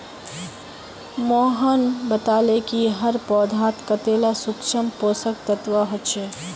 मोहन बताले कि हर पौधात कतेला सूक्ष्म पोषक तत्व ह छे